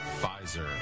Pfizer